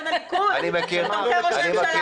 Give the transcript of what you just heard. על חשבון הליכוד או מטה ראש הממשלה?